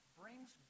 brings